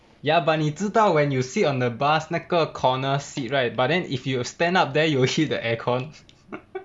ya but 你知道 when you sit on the bus 那个 corner seat right but then if you stand up then you will hit the aircon